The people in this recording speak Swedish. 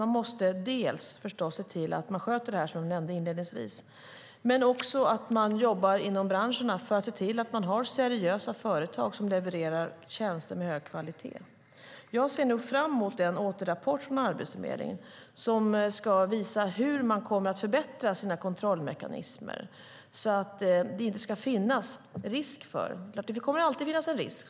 Man måste dels se till att det här sköts, dels inom branscherna se till att ha seriösa företag som levererar tjänster med hög kvalitet. Jag ser fram emot den återrapport från Arbetsförmedlingen som ska visa hur man kommer att förbättra sina kontrollmekanismer. Det kommer alltid att finnas en risk.